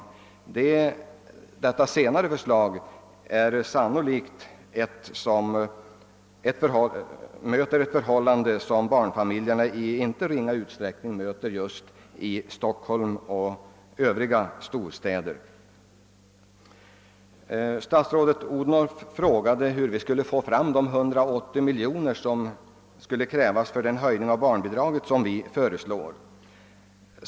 Detta senare förslag tar sikte på ett förhållande, som barnfamiljerna i inte ringa utsträckning möter just i Stockholm och övriga storstäder. Statsrådet Odhnoff frågade hur vi skulle få fram de 180 miljoner kronor, som skulle krävas för den höjning av barnbidraget som vi föreslår.